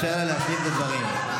יש לי הזכות בדיוק כמוך.